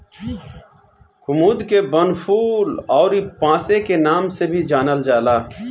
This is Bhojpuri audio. कुमुद के वनफूल अउरी पांसे के नाम से भी जानल जाला